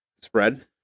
spread